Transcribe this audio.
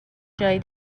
جای